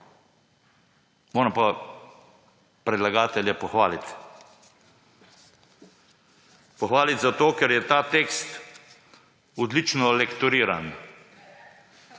Moram pa predlagatelje pohvaliti. Pohvaliti zato, ker je ta tekst odlično lektoriran.